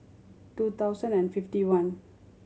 two thousand and fifty one